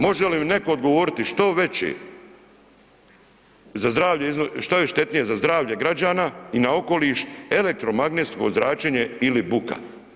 Može li mi netko odgovoriti što veće za zdravlje, što je štetnije za zdravlje građana i na okoliš, elektromagnetsko zračenje ili buka?